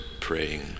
praying